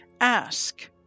Ask